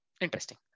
interesting